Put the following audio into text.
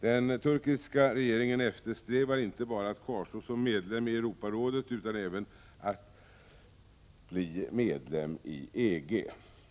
Den turkiska regeringen eftersträvar inte bara att kvarstå som medlem i Europarådet utan även att bli medlem i EG.